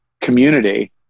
community